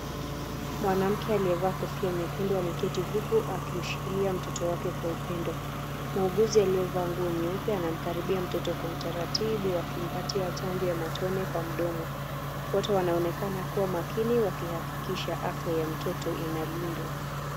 Mwanamke aliyevaa kofia nyekundu ameketi, huku akimshikilia mtoto wake kwa upendo, muuguzi aliyevaa nguo nyeupe anamkaribia mtoto kwa utaratibu, akimpatia chanjo ya matone kwa mdomo, wote wanaonekana kuwa makini, wakihakikisha afya ya mtoto inalindwa.